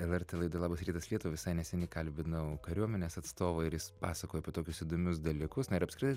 lrt laidoj labas rytas lietuva visai neseniai kalbinau kariuomenės atstovą ir jis pasakojo apie tokius įdomius dalykus na ir apskritai